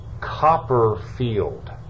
Copperfield